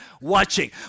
watching